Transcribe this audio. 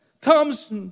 comes